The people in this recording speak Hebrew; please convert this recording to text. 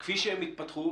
כפי שהם התפתחו,